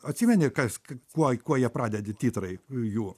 atsimeni kas k kuo kuo ją pradedi titrai jų